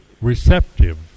receptive